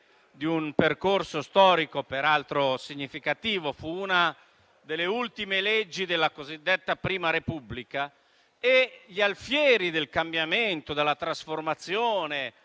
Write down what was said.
di un percorso storico, peraltro significativo. Fu una delle ultime leggi della cosiddetta Prima Repubblica. Gli alfieri del cambiamento e della trasformazione